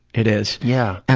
it is. yeah.